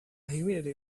humidity